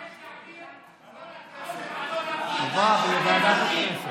אני מבקש להעביר את כל ההצעות לוועדת הפנים.